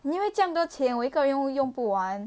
因为这样多钱我一个用又用不完